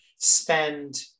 Spend